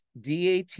DAT